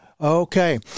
Okay